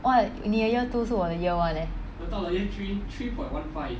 what 你的 year two 是我的 year one leh